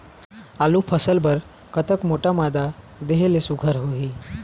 आलू फसल बर कतक मोटा मादा देहे ले सुघ्घर होही?